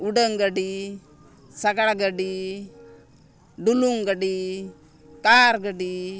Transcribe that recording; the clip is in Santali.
ᱩᱰᱟᱹᱱ ᱜᱟᱹᱰᱤ ᱥᱟᱜᱟᱲ ᱜᱟᱹᱰᱤ ᱰᱩᱞᱩᱝ ᱜᱟᱹᱰᱤ ᱠᱟᱨ ᱜᱟᱹᱰᱤ